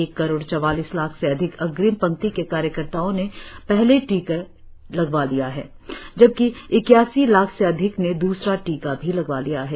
एक करोड़ चौवालीस लाख से अधिक अग्रिम पंक्ति के कार्यकताओं ने पहले टीका लगवा लिया है जबकि इक्यासी लाख से अधिक ने दूसरा टीका भी लगवा लिया है